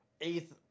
eighth